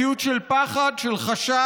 מציאות של פחד, של חשש,